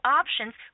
options